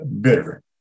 bitter